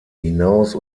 hinaus